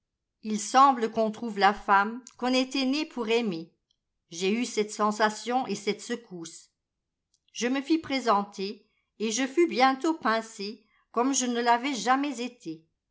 il semble qu'on trouve la femme qu'on était né pour aimer j'ai eu cette sensation et cette secousse je me fis présenter et je fus bientôt pincé comme je ne l'avais jamais été